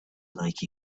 like